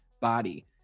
body